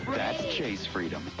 that's chase freedom.